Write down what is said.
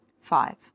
Five